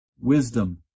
wisdom